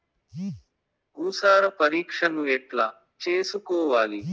భూసార పరీక్షను ఎట్లా చేసుకోవాలి?